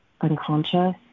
unconscious